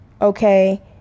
okay